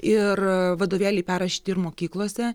ir vadovėliai perrašyti ir mokyklose